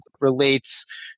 relates